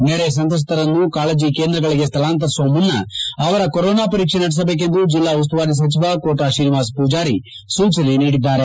ನೆರೆ ಸಂತ್ರಸ್ಥರನ್ನು ಕಾಳಜಿ ಕೇಂದ್ರಗಳಿಗೆ ಸ್ಥಳಾಂತರಿಸುವ ಮುನ್ನ ಅವರ ಕೊರೊನಾ ಪರೀಕ್ಷೆ ನಡೆಸಬೇಕೆಂದು ಜಿಲ್ಲಾ ಉಸ್ತುವಾರಿ ಸಚಿವ ಕೋಟ ಶ್ರೀನಿವಾಸ ಕೂಜಾರಿ ಸೂಚನೆ ನೀಡಿದ್ದಾರೆ